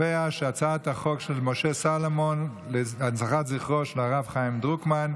את הצעת חוק להנצחת זכרו של הרב חיים דרוקמן,